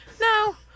no